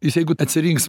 jis jeigu atsirinks